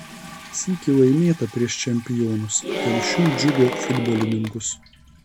sykį laimėta prieš čempionus telšių džiugo futbolininkus